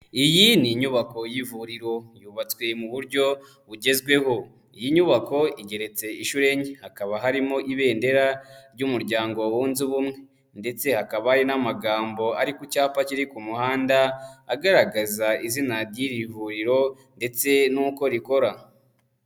Iyi ni inyubako y'ivuriro, yubatswe mu buryo bugezweho. Iyi nyubako igeretse inshuro enye. Hakaba harimo ibendera ry'umuryango wunze ubumwe ndetse hakaba hari n'amagambo ari ku cyapa kiri ku muhanda agaragaza izina ry'iri vuriro ndetse nuko rikora.